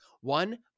one